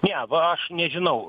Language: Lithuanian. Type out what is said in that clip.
ne va aš nežinau